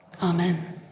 Amen